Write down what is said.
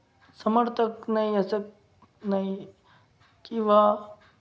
समर्थक नाही असत नाही किंवा